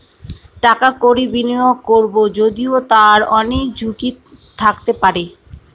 টাকা কড়ি বিনিয়োগ করবো যদিও তার অনেক ঝুঁকি থাকতে পারে